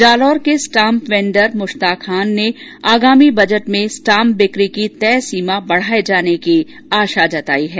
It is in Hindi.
जालौर के स्टाम्प वेंडर मुश्ताक खान ने आगामी बजट में स्टाम्प बिक्री की तय सीमा बढ़ाये जाने की आशा जताई है